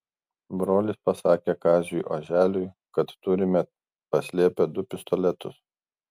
brolis pasakė kaziui oželiui kad turime paslėpę du pistoletus